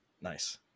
Nice